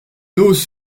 n’ose